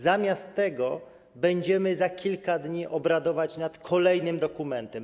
Zamiast tego będziemy za kilka dni obradować nad kolejnym dokumentem.